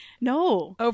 no